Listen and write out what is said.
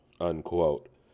unquote